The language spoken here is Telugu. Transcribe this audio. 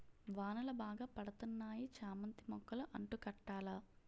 వానలు బాగా పడతన్నాయి చామంతి మొక్కలు అంటు కట్టాల